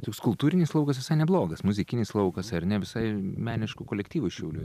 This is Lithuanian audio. toks kultūrinis laukas visai neblogas muzikinis laukas ar ne visai meniškų kolektyvų iš šiaulių